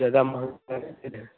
ज्यादा महंगा